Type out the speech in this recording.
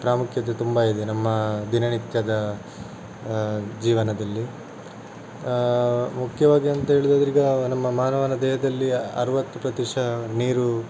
ಪ್ರಾಮುಖ್ಯತೆ ತುಂಬ ಇದೆ ನಮ್ಮ ದಿನನಿತ್ಯದ ಜೀವನದಲ್ಲಿ ಆ ಮುಖ್ಯವಾಗಿ ಅಂತ ಹೇಳುವುದಾದ್ರೆ ಈಗ ನಮ್ಮ ಮಾನವನ ದೇಹದಲ್ಲಿ ಅರವತ್ತು ಪ್ರತಿಶತ ನೀರು